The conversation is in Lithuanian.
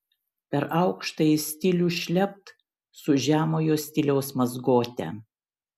per aukštąjį stilių šlept su žemojo stiliaus mazgote